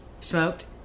Smoked